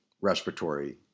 respiratory